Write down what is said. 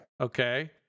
Okay